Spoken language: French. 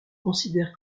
considère